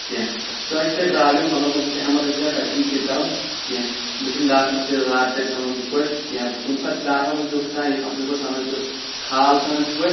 کینٛہہ سۄے چھِ تَتہِ پرابلِم مطلب کُنہِ ساتہٕ چھِ ایمرجینسی آسان تَتہِ چھِنہٕ تہِ کران کیٚنٛہہ بیٚیہِ چھنہٕ ڈاکٹر تہِ زیادٕ تتہِ سنان تِتھ پٲٹھۍ کیٚنٛہہ کُنہِ ساتہٕ چھُ ڈاکٹر آسان تیُتھ کانٛہہ یُس اَصٕل پٲٹھۍ سنان چھُ خال چھُنہٕ انان تِتھ پٲٹہۍ